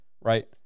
right